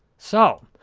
so,